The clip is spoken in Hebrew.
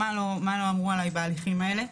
מה לא אמרו עליי בהליכים האלה.